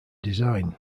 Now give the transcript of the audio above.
design